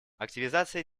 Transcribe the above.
активизация